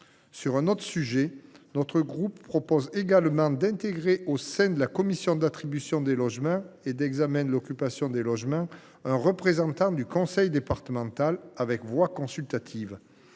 les contourner. Notre groupe propose par ailleurs d’intégrer au sein de la commission d’attribution des logements et d’examen de l’occupation des logements un représentant du conseil départemental, avec voix consultative.